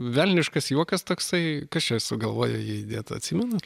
velniškas juokas toksai kas čia sugalvojo jį įdėt atsimenat